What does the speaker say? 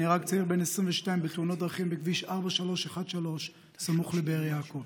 נהרג צעיר בן 22 בתאונת דרכים בכביש 4313 סמוך לבאר יעקב.